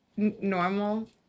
normal